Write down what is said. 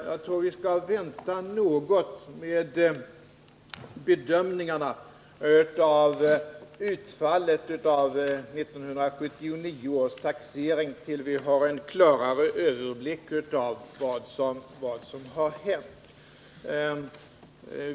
Jag tror vi skall vänta något med bedömningarna av utfallet av 1979 års taxering tills vi har en klarare överblick över vad som har hänt.